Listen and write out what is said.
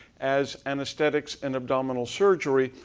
as anesthetics, and abdominal surgery.